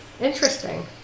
Interesting